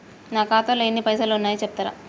నా ఖాతాలో ఎన్ని పైసలు ఉన్నాయి చెప్తరా?